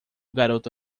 garoto